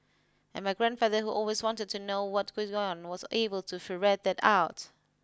and my grandfather who always wanted to know what was gone was able to ferret that out